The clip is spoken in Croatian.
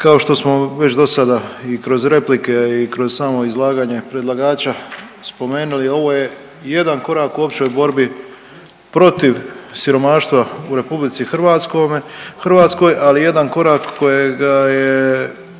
Kao što smo već dosada i kroz replike i kroz samo izlaganje predlagača spomenuli ovo je jedan korak u općoj borbi protiv siromaštva u RH, ali jedan korak kojega je,